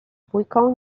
bójką